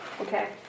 Okay